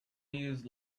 use